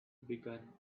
begun